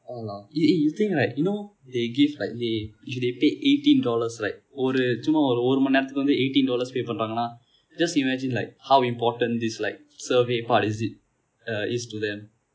all ah eh eh you think like you know they give like they if they pay eighteen dollars like ஒரு சும்மா ஒரு மணி நேரத்திற்கு:oru summa oru mani nerathirku eighteen dollars pay பன்னுகிறார்கள்னா :pannugiraargalnaa just imagine like how important this like survey part is it uh is to them